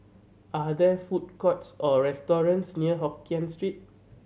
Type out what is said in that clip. are there food courts or restaurants near Hokien Street